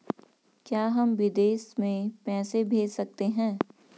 क्या हम विदेश में पैसे भेज सकते हैं?